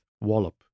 wallop